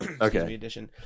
Okay